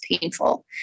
painful